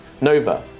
Nova